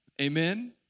amen